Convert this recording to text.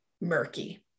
murky